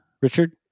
Richard